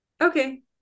Okay